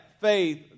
faith